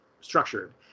structured